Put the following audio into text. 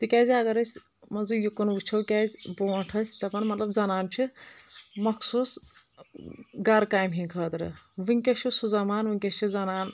تِکیٛازِ اَگر أسۍ مان ژٕ یوٗکُن وُچھو کیٛازِ برٛونٛٹھ ٲس دپان مطلب زنان چھ مخصوٗص گَرٕ کامہِ ہٕنٛد خٲطرٕ وُنکٮ۪س چھُ سُہ زمانہٕ وُنکٮ۪س چھِ زنان